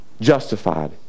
justified